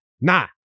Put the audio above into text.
Nah